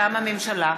מטעם הממשלה: